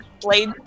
blade